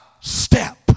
step